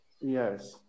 yes